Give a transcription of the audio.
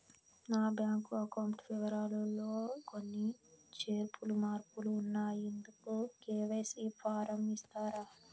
నా bank account వివరాలు లో కొన్ని చేర్పులు మార్పులు ఉన్నాయి, ఇందుకు కె.వై.సి ఫారం ఇస్తారా?